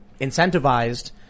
incentivized